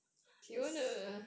just